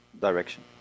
direction